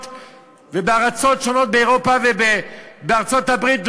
ובארצות שונות באירופה ובארצות-הברית,